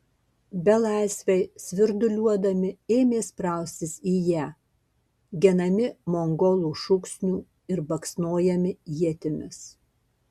belaisviai svirduliuodami ėmė spraustis į ją genami mongolų šūksnių ir baksnojami ietimis